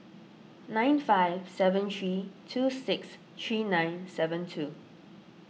nine five seven three two six three nine seven two